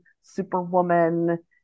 Superwoman